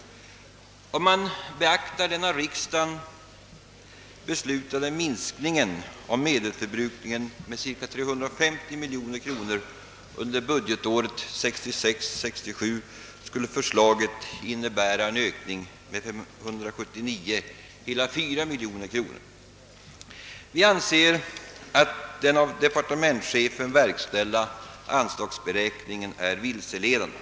Om man beaktar den av riksdagen beslutade minskningen av medelsförbrukningen med cirka 350 miljoner kronor under budgetåret 1966/67, skulle förslaget innebära en ökning med 579,4 miljoner kronor. Vi anser att den av departementschefen verkställda anslagsberäkningen är vilseledande.